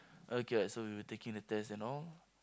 okay right so we were taking the test and all